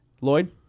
Lloyd